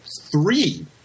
three